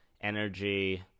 energy